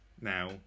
now